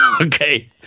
Okay